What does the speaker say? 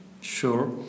Sure